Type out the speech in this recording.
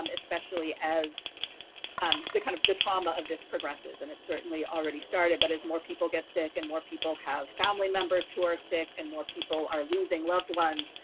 um especially as um the kind of the trauma of this progresses, and it certainly already started, but as more people get sick and more people have family member to are sick, and more people are losing loved ones,